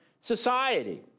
society